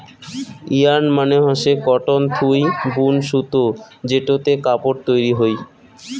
yarn মানে হসে cotton থুই বুন সুতো যেটোতে কাপড় তৈরী হই